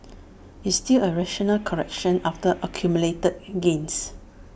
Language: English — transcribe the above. it's still A rational correction after accumulated gains